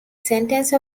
sentence